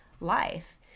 life